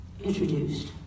introduced